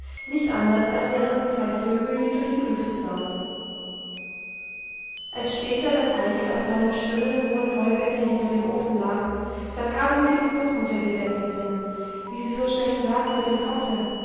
nicht anders als wären sie zwei vögel die durch die lüfte sausen als später das heidi auf seinem schönen hohen heubette hinter dem ofen lag da kam ihm die großmutter wieder in den sinn wie sie so schlecht lag mit dem kopfe